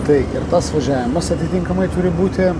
tai ir tas važiavimas atitinkamai turi būti